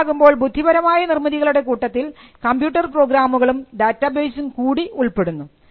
അങ്ങനെയാകുമ്പോൾ ബുദ്ധിപരമായ നിർമ്മിതികളുടെ കൂട്ടത്തിൽ കമ്പ്യൂട്ടർ പ്രോഗ്രാമുകളും ഡാറ്റാബേസും കൂടി ഉൾപ്പെടുന്നു